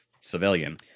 civilian